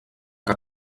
que